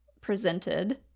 presented